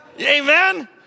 Amen